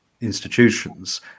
institutions